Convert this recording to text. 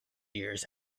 years